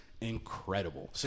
incredible